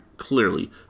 Clearly